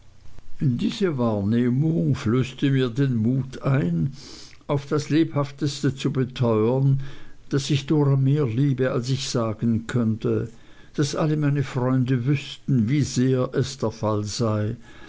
die wahrnehmung flößte mir den mut ein auf das lebhafteste zu beteuern daß ich dora mehr liebe als ich sagen könnte daß alle meine freunde wüßten wie sehr es der fall sei